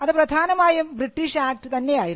അത് പ്രധാനമായും British act തന്നെയായിരുന്നു